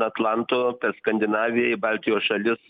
atlanto per skandinaviją į baltijos šalis